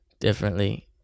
differently